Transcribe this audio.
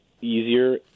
easier